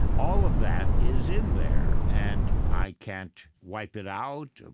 all of that is in there, and i can't wipe it out,